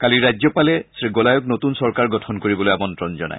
কালি ৰাজ্যপালে শ্ৰীগোলায়ক নতুন চৰকাৰ গঠন কৰিবলৈ আমন্ত্ৰণ জনায়